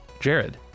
Jared